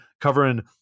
covering